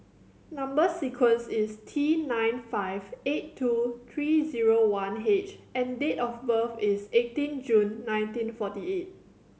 number sequence is T nine five eight two three zero one H and date of birth is eighteen June nineteen forty eight